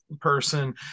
person